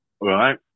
right